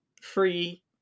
free